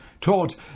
taught